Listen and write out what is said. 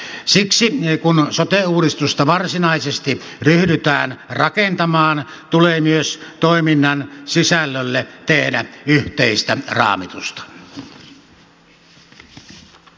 siksi kun sote uudistusta varsinaisesti ryhdytään rakentamaan tulee myös toiminnan sisällölle tehdä yhteistä raamitusta